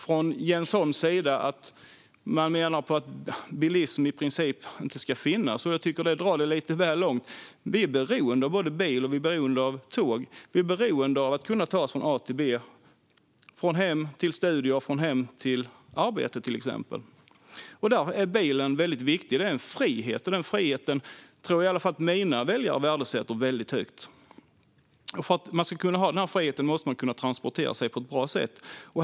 Från Jens Holms sida menar man att bilism i princip inte ska finnas. Jag tycker att det är att dra det lite väl långt. Vi är beroende av bil och tåg. Vi är beroende av att kunna ta oss från A till B, till exempel från hem till studier och från hem till arbete. Där är bilen väldigt viktig. Den innebär en frihet, och den friheten tror jag i alla fall att mina väljare värdesätter högt. För att man ska kunna ha den här friheten måste man kunna transportera sig på ett bra sätt.